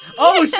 oh shoot,